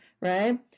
Right